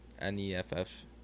N-E-F-F